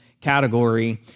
category